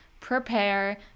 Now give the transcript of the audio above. prepare